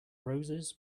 roses